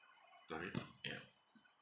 got it yeah